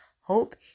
hope